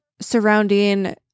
surrounding